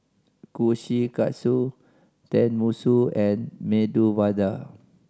Kushikatsu Tenmusu and Medu Vada